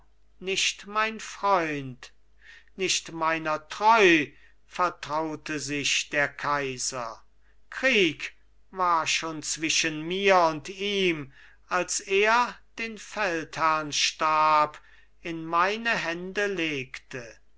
nicht mein freund nicht meiner treu vertraute sich der kaiser krieg war schon zwischen mir und ihm als er den feldherrnstab in meine hände legte